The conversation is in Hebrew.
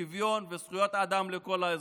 שוויון וזכויות אדם לכל האזרחים.